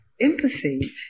empathy